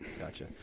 gotcha